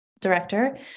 director